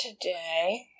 today